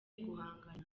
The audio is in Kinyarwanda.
guhangana